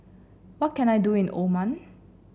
what can I do in Oman